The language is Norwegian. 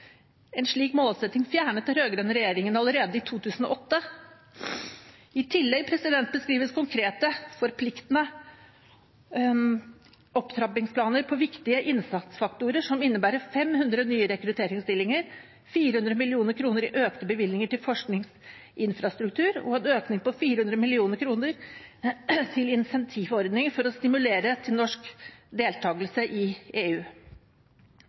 En slik målsetting fjernet den rød-grønne regjeringen allerede i 2008. I tillegg beskrives konkrete, forpliktende opptrappingsplaner på viktige innsatsfaktorer som innebærer 500 nye rekrutteringsstillinger, 400 mill. kr i økte bevilgninger til forskningsinfrastruktur og en økning på 400 mill. kr til incentivordninger for å stimulere til norsk deltakelse i EU.